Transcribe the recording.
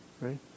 right